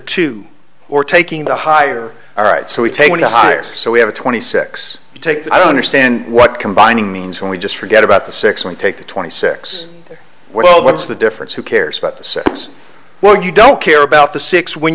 two or taking the higher all right so we take one hires so we have a twenty six take i don't understand what combining means when we just forget about the six and take the twenty six well what's the difference who cares about the service well you don't care about the six when